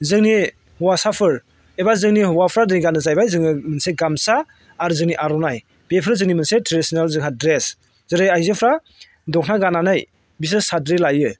जोंनि हौवासाफोर एबा जोंनि हौवाफोरा दिनै गानो जाहैबाय जोङो मोनसे गामसा आरो जोंनि आर'नाइ बेफोरो जोंनि मोनसे ट्रेडिशनेल जोंहा ड्रेस जेरै आयजोफ्रा दखना गाननानै बिसोरो साद्रि लायो